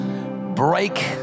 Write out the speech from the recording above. break